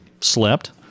slept